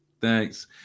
thanks